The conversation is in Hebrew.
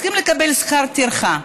צריכים לקבל שכר טרחה.